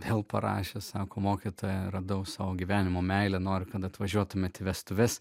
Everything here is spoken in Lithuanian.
vėl parašė sako mokytoja radau savo gyvenimo meilę noriu kad atvažiuotumėte vestuves